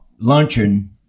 luncheon